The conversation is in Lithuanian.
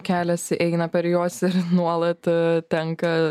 kelias eina per juos ir nuolat tenka